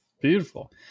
Beautiful